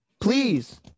please